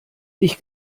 ich